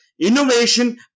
innovation